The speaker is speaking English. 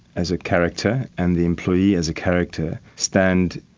as a character, and the employee, as a character, stand,